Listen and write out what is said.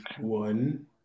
one